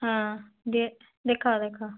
ହଁ ଦେଖାଅ ଦେଖାଅ